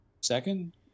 Second